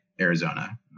Arizona